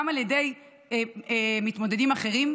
גם על ידי מתמודדים אחרים,